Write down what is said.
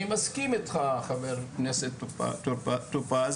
אני מסכים איתך חבר הכנסת טור פז,